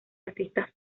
artistas